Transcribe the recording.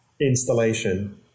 installation